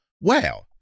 wow